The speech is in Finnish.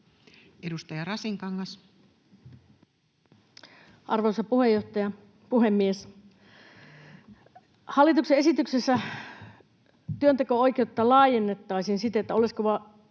Edustaja Rasinkangas. Arvoisa puhemies! Hallituksen esityksessä työnteko-oikeutta laajennettaisiin siten, että oleskeluluvan